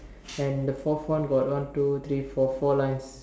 and the forth one got one two three four four lines